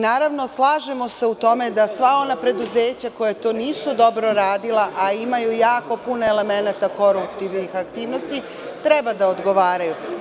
Naravno, slažemo se u tome da sva ona preduzeća koja to nisu dobro radila, a imaju jako puno elemenata koruptivnih aktivnosti, treba da odgovaraju.